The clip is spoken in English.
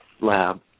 lab